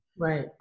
Right